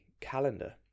calendar